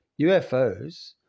UFOs